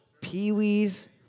Pee-wee's